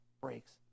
breaks